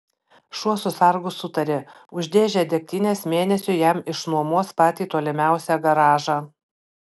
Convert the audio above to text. šuo su sargu sutarė už dėžę degtinės mėnesiui jam išnuomos patį tolimiausią garažą